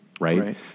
Right